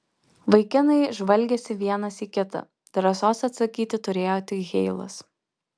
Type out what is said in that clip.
vaikinai žvalgėsi vienas į kitą drąsos atsakyti turėjo tik heilas